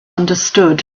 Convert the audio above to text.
understood